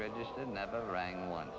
register never rang on